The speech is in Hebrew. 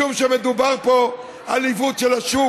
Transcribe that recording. משום שמדובר פה על עיוות של השוק.